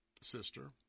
sister